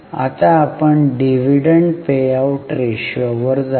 आता आपण dividend payout ratio वर जाऊया